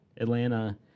Atlanta